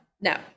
No